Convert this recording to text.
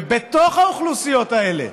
ובתוך האוכלוסיות האלה,